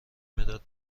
مداد